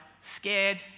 scared